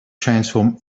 transform